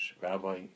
Rabbi